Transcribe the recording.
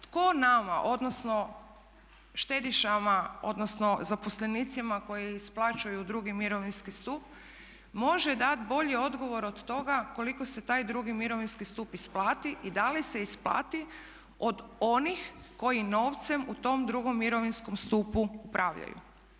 Tko nama, odnosno štedišama, odnosno zaposlenicima koje isplaćuje drugi mirovinski stup može dati bolji odgovor od toga koliko se taj drugi mirovinski stup isplati i da li se isplati od onih koji novcem u tom drugom mirovinskom stupu upravljaju?